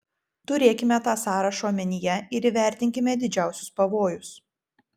turėkime tą sąrašą omenyje ir įvertinkime didžiausius pavojus